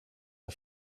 der